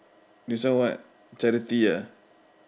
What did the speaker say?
this one what charity ah